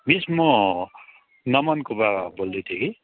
miss म नमनको बाबा बोल्दैथिएँ कि